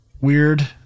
weird